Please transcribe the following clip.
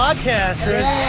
Podcasters